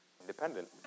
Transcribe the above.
independent